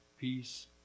peace